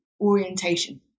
orientation